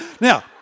Now